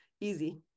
easy